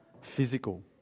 physical